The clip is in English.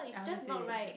I also feel that